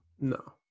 No